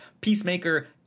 peacemaker